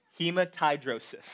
hematidrosis